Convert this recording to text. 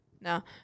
No